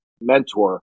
mentor